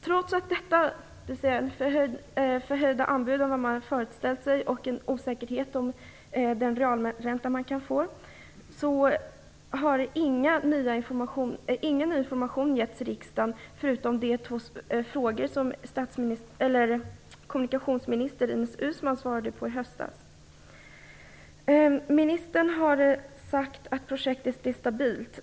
Trots att anbuden varit högre än vad man hade föreställt sig och att det råder osäkerhet om vilken realränta som man kan få har ingen ny information givits till riksdagen förutom i samband med de frågor som kommunikationsminister Ines Uusmann svarade på i höstas. Ministern har sagt att projektet är stabilt.